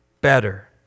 better